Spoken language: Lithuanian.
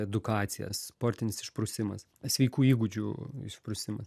edukacija sportinis išprusimas sveikų įgūdžių išprusimas